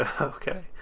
okay